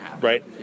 right